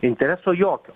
intereso jokio